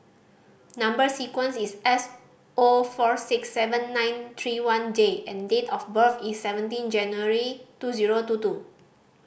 number sequence is S O four six seven nine three one J and date of birth is seventeen January two zero two two